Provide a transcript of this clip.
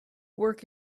work